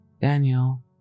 Daniel